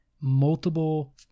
multiple